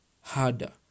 harder